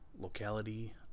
locality